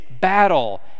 battle